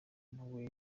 nawe